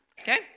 Okay